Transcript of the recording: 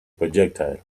projectile